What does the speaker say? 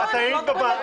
אתה רוצה להביא בשורה.